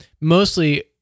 mostly